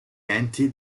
enti